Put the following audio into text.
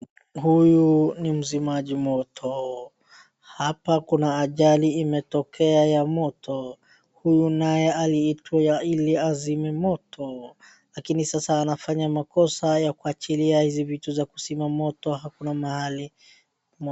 Huyu ni mzimaji moto. Hapa kuna ajali imetokea ya moto. Huyu naye aliitwa ili azime moto lakini sasa anafanya makosa ya kuachilia hizi vitu za kuzima moto hakuna mahali.